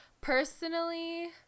Personally